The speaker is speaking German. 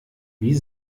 wie